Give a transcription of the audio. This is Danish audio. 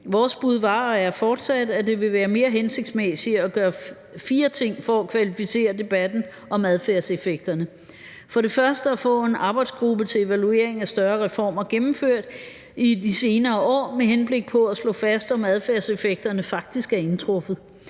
fortsat, at det ville være mere hensigtsmæssigt at gøre fire ting for at kvalificere debatten om adfærdseffekterne: for det første at få en arbejdsgruppe til evaluering af større reformer gennemført i de senere år med henblik på at slå fast, om adfærdseffekterne faktisk er indtruffet